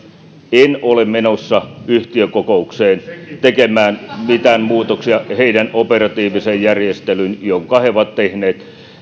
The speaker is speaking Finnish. en ole menossa yhtiökokoukseen tekemään mitään muutoksia heidän operatiiviseen järjestelyynsä jonka he ovat tehneet